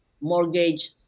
mortgage